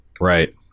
Right